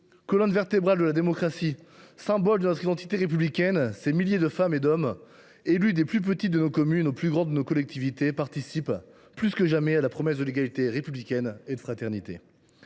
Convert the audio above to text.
Colonne vertébrale de la démocratie, symbole de notre identité républicaine, ces milliers de femmes et d’hommes, élus des plus petites de nos communes aux plus grandes de nos collectivités, participent, plus que jamais, à la promesse de l’égalité républicaine et de fraternité.